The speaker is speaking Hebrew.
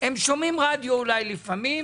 שומעים רדיו לפעמים,